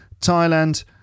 Thailand